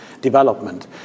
development